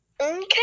Okay